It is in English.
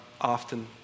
often